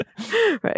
right